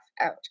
out